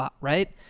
right